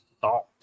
salt